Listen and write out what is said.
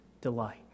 delight